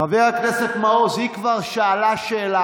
חבר הכנסת מעוז, היא כבר שאלה שאלה.